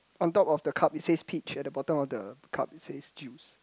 on top of the cup it says peach at the bottom of the cup it says juice